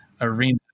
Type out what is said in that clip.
arena